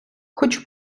хочу